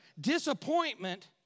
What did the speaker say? disappointment